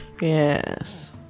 Yes